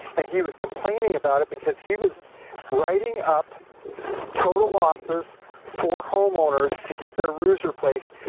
and he was complaining about it because he was writing up total losses for homeowners to get their roofs replaced,